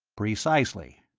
precisely.